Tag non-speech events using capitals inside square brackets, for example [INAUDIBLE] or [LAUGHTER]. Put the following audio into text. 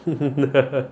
[LAUGHS]